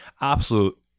absolute